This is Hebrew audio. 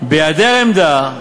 בהיעדר עמדה,